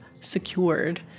secured